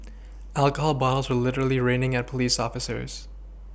alcohol bottles were literally raining at police officers